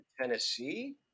Tennessee